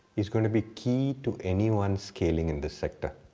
is going to be key to anyone scaling in the sector.